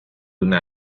una